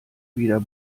wieder